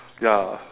ya